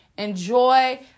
Enjoy